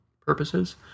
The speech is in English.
purposes